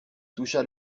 toucha